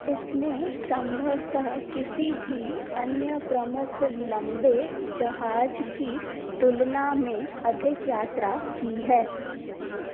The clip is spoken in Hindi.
इसने सम्भवत किसी भी अन्य प्रमुख लम्बे जहाज की तुलना में अधिक यात्रा की है